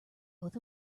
oath